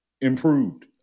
improved